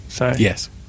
Yes